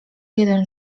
jeden